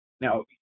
now